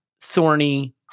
thorny